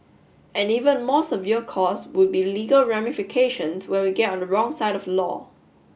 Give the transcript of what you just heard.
an even more severe cost would be legal ramifications when we get on the wrong side of the law